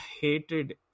hated